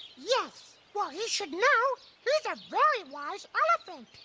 yes. well he should know. he's a very wise elephant.